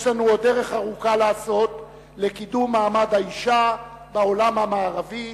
יש לנו דרך ארוכה לעשות לקידום מעמד האשה בעולם המערבי